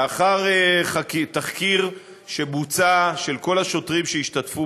לאחר תחקיר שבוצע של כל השוטרים שהשתתפו